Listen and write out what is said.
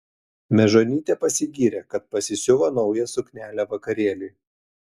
mežonytė pasigyrė kad pasisiuvo naują suknelę vakarėliui